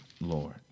Lord